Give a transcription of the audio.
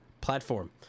platform